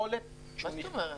מה זאת אומרת?